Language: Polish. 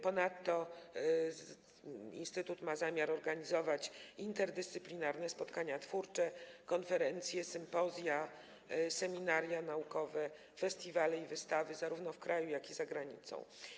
Ponadto instytut ma zamiar organizować interdyscyplinarne spotkania twórcze, konferencje, sympozja, seminaria naukowe, festiwale i wystawy zarówno w kraju, jak i za granicą.